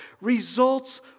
results